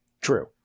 True